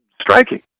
striking